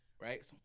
right